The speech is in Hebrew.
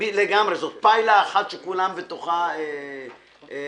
זאת פיילה אחת שכולם בתוכה נמצאים.